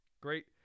Great